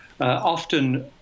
often